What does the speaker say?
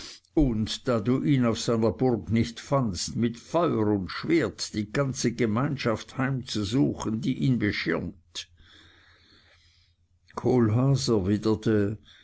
und da du ihn auf seiner burg nicht fandst mit feuer und schwert die ganze gemeinschaft heimzusuchen die ihn beschirmt kohlhaas